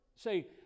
Say